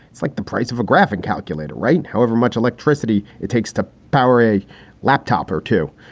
it's like the price of a graphic calculator. right. however much electricity it takes to power a laptop or two,